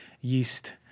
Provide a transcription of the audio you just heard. yeast